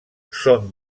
són